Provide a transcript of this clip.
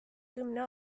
kümne